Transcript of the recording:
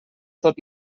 tot